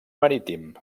marítim